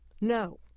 No